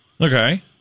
Okay